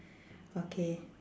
okay